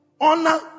Honor